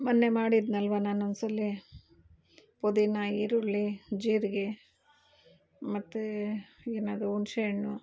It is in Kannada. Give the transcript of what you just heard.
ಮೊನ್ನೆ ಮಾಡಿದ್ನಲ್ವ ನಾನೊಂದ್ಸಲ ಪುದೀನ ಈರುಳ್ಳಿ ಜೀರಿಗೆ ಮತ್ತು ಏನದು ಹುಣ್ಸೆ ಹಣ್ಣು